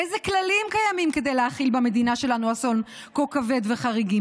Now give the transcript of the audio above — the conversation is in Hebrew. איזה כללים קיימים כדי להכיל במדינה שלנו אסון כה כבד וחריג?